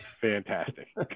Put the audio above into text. fantastic